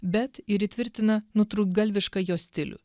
bet ir įtvirtina nutrūktgalvišką jo stilių